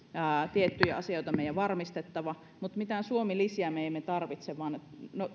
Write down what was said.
tiettyjä asioita on meidän varmistettava mutta mitään suomi lisiä me emme tarvitse vaan